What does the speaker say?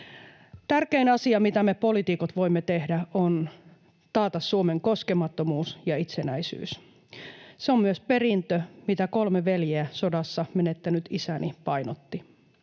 Tärkein asia, mitä me poliitikot voimme tehdä, on taata Suomen koskemattomuus ja itsenäisyys. Se on myös perintö, mitä kolme veljeä sodassa menettänyt isäni painotti.